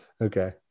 Okay